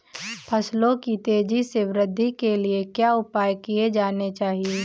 फसलों की तेज़ी से वृद्धि के लिए क्या उपाय किए जाने चाहिए?